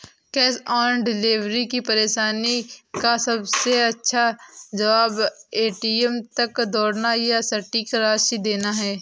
cash on delivery की परेशानी का सबसे अच्छा जवाब, ए.टी.एम तक दौड़ना या सटीक राशि देना है